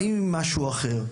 באים עם משהו אחר.